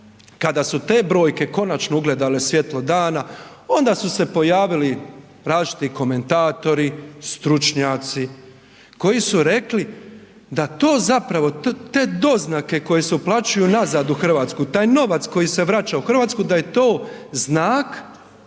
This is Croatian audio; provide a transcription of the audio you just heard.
kada su te brojke konačno ugledale svjetlo dana onda su se pojavili različiti komentatori, stručnjaci koji su rekli da to zapravo, te doznake koje se uplaćuju nazad u RH, taj novac koji se vraća u RH da je to znak